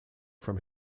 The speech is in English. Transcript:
from